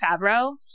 Favreau